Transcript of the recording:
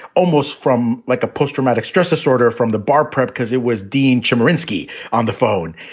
almost from like a post-traumatic stress disorder from the bar prep, because it was dean chemerinsky on the phone.